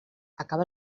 acaba